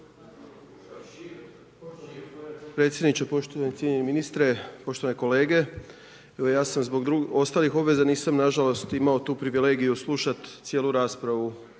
potpredsjedniče, poštovani i cijenjeni ministre, poštovani kolege. Evo ja sam zbog ostali obveza nisam nažalost imao tu privilegiju slušat cijelu raspravu,